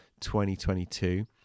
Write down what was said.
2022